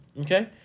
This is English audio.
okay